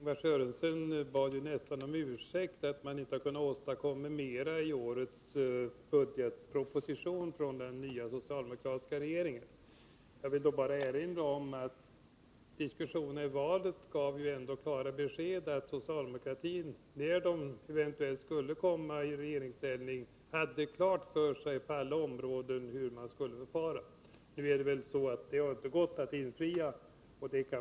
Herr talman! Lars-Ingvar Sörenson bad nästan om ursäkt för att den nya socialdemokratiska regeringen inte har kunnat åstadkomma mera i årets budgetproposition. Jag vill bara erinra om att diskussioner i samband med valet gav klara besked om att socialdemokratin hade klart för sig hur man skulle förfara på olika områden, när man eventuellt kom i regeringsställning. Nu är det väl så att det inte har gått att infria detta.